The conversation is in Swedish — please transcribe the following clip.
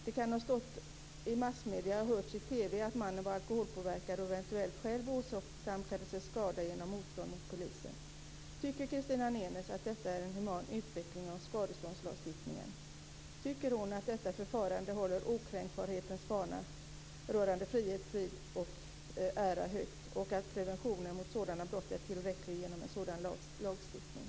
Det kan ha stått i massmedier och hörts i TV att mannen var alkoholpåverkad och eventuellt själv åsamkade sig skada genom motstånd mot polisen. Tycker Christina Nenes att detta är en human utveckling av skadeståndslagstiftningen? Tycker hon att detta förfarande håller okränkbarhetens fana rörande frihet, frid och ära högt och att preventionen mot sådana brott är tillräcklig genom en sådan lagstiftning?